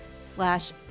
slash